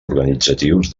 organitzatius